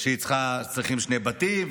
צריכים שני בתים,